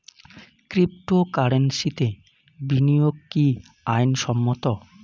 ক্রিপ্টোকারেন্সিতে বিনিয়োগ কি আইন সম্মত?